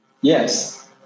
yes